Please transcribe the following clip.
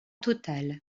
total